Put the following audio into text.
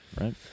right